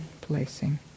placing